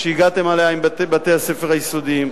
שהגעתם אליה עם בתי-הספר היסודיים.